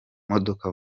modoka